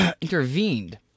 intervened